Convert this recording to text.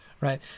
Right